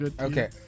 Okay